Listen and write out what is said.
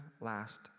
last